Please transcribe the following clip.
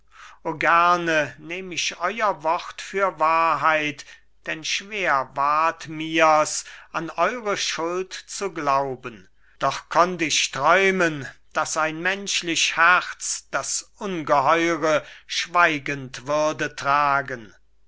gerne nehm ich euer wort für wahrheit denn schwer ward mirs an eure schuld zu glauben doch konnt ich träumen daß ein menschlich herz das ungeheure schweigend würde tragen